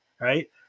right